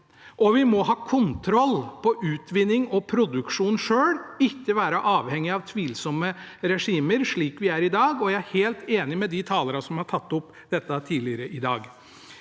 vi må ha kontroll på utvinning og produksjon selv, ikke være avhengig av tvilsomme regimer, slik vi er i dag. Og jeg helt enig med de talere som har tatt opp dette tidligere i dag.